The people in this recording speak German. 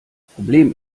problem